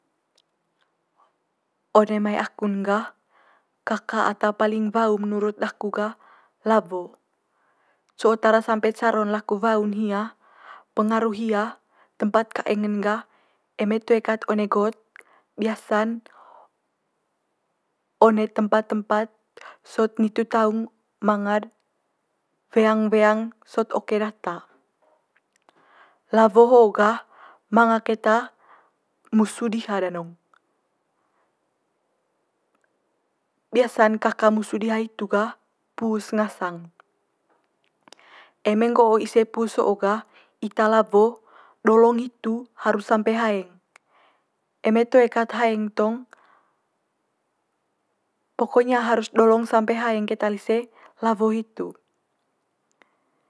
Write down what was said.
one mai aku'n gah kaka ata paling wau menurut daku gah lawo. Co tara sampe caro'n laku wau'n hia pengaru hia tempat kaeng'n gah, eme toe kat one got biasa'n one tempat tempat sot nitu taung manga'd weang weang sot oke data. Lawo ho'o gah manga keta musu diha danong, biasa'n kaka musu diha hitu gah pus ngasang. Eme nggo'o ise pus ho'o gah ita lawo dolong hitu harus sampe haeng. Eme toe kat haeng tong pokonya harus dolong sampe haeng keta lise lawo hitu.